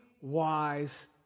wise